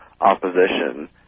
opposition